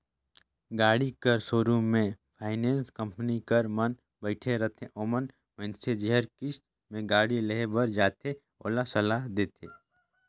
गाड़ी कर सोरुम में फाइनेंस कंपनी कर मन बइठे रहथें ओमन मइनसे जेहर किस्त में गाड़ी लेहे बर जाथे ओला सलाह देथे